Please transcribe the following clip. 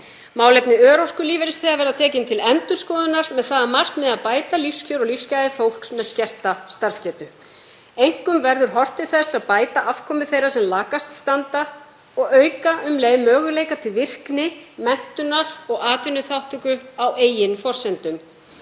Málefni örorkulífeyrisþega verða tekin til endurskoðunar með það að markmiði að bæta lífskjör og lífsgæði fólks með skerta starfsgetu. Einkum verður horft til þess að bæta afkomu þeirra sem lakast standa og auka um leið möguleika til virkni menntunar og atvinnuþátttöku á eigin forsendum.